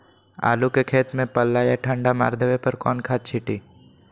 आलू के खेत में पल्ला या ठंडा मार देवे पर कौन खाद छींटी?